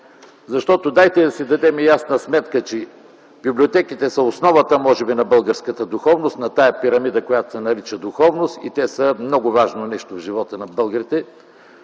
библиотеките на електронни носители. Библиотеките са основата може би на българската духовност, на тази пирамида, която се нарича духовност, и те са много важно нещо в живота на българите,